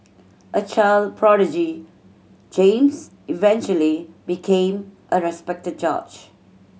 a child prodigy James eventually became a respected judge